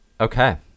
Okay